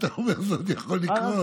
אתה אומר, זה עוד יכול לקרות.